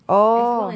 oh